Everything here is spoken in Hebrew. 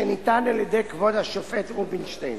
שניתן על-ידי כבוד השופט רובינשטיין.